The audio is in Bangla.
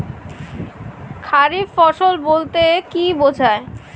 খারিফ ফসল বলতে কী বোঝায়?